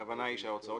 הכוונה היא שההוצאות